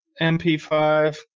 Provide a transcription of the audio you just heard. MP5